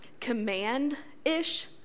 command-ish